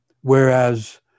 Whereas